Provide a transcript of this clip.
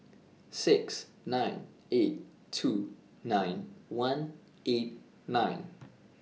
six nine eight two nine one eight nine